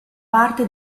parte